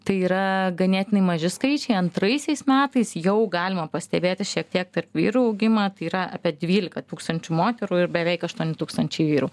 tai yra ganėtinai maži skaičiai antraisiais metais jau galima pastebėti šiek tiek tarp vyrų augimą tai yra apie dvylika tūkstančių moterų ir beveik aštuoni tūkstančiai vyrų